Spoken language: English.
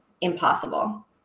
impossible